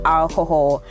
alcohol